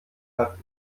hat